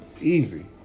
easy